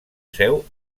seu